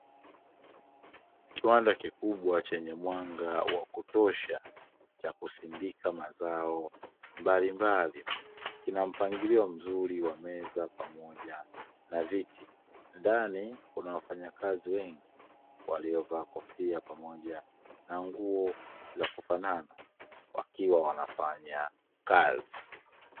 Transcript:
Kiwanda kikubwa chenye mwanga wa kutosha, cha kusindika mazao mbalimbali kina mpangilio mzuri wa meza pamoja na viti, ndani kuna wafanyakazi wengi waliyovaa kofia pamoja na nguo za kufanana wakiwa wanafanya kazi.